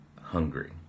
hungry